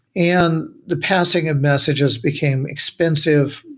and the passing of messages became expensive,